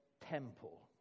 temple